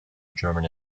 german